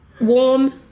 warm